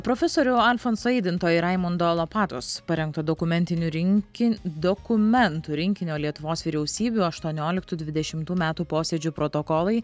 profesorių alfonso eidinto ir raimundo lopatos parengtu dokumentiniu rinkin dokumentų rinkinio lietuvos vyriausybių aštuonioliktų dvidešimtų metų posėdžių protokolai